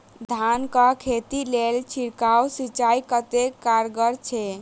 धान कऽ खेती लेल छिड़काव सिंचाई कतेक कारगर छै?